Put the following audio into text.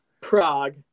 Prague